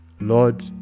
Lord